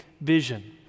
Vision